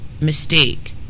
mistake